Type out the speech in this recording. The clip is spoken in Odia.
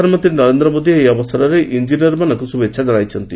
ପ୍ରଧାନମନ୍ତ୍ରୀ ନରେନ୍ଦ୍ର ମୋଦି ଏହି ଅବସରରେ ଇଞ୍ଜିନିୟର୍ମାନଙ୍କୁ ଶୁଭେଛା ଜଣାଇଛନ୍ତି